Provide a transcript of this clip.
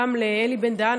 גם לאלי בן-דהן,